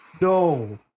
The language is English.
No